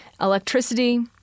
electricity